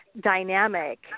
dynamic